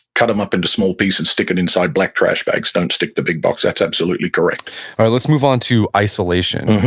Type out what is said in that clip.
cut them up into small pieces, and stick it inside black trash bags. don't stick the big box. that's absolutely correct all right. let's move on to isolation.